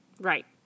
Right